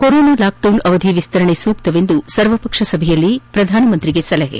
corona lockdown ಅವಧಿ ವಿಸ್ತರಣೆ ಸೂಕ್ಷವೆಂದು ಸರ್ವಪಕ್ಷ ಸಭೆಯಲ್ಲಿ ಪ್ರಧಾನಮಂತ್ರಿಗೆ ಸಲಹೆ